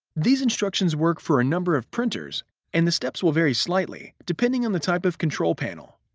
these instructions work for a number of printers and the steps will vary slightly depending on the type of control panel.